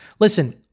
Listen